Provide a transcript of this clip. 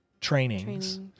trainings